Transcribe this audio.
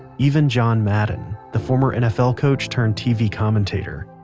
even john madden, the former nfl coach turned tv commentator.